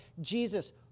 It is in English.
Jesus